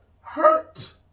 hurt